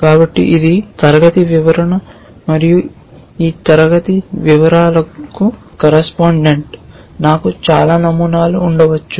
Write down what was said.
కాబట్టి ఇది క్లాస్ వివరణ మరియు ఈ క్లాస్ వివరణకు కరస్పాండెంట్ నాకు చాలా నమూనాలు ఉండవచ్చు